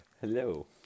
hello